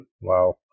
Wow